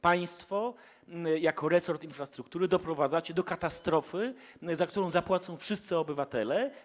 Państwo jako resort infrastruktury doprowadzacie do katastrofy, za którą zapłacą wszyscy obywatele.